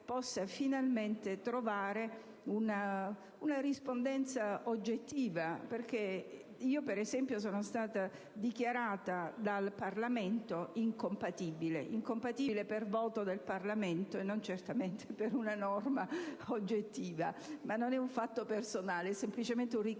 possa finalmente trovare una rispondenza oggettiva. Io, per esempio, sono stata dichiarata dal Parlamento incompatibile: incompatibile per voto del Parlamento e non certamente per una norma oggettiva. Ma non è un fatto personale, è semplicemente un ricordo